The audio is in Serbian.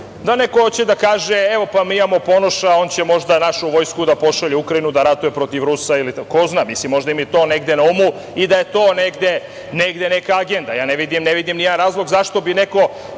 da neko hoće da kaže, evo, mi imamo Ponoša, on će možda našu vojsku da pošalje u Ukrajinu da ratuje protiv Rusa, ili ko zna, možda im je to negde na umu i da je to negde neka agenda. Ja ne vidim nijedan razlog zašto bi neko